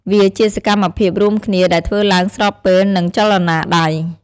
វាជាសកម្មភាពរួមគ្នាដែលធ្វើឡើងស្របពេលនឹងចលនាដៃ។